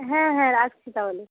হ্যাঁ হ্যাঁ রাখছি তাহলে